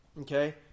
Okay